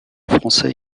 français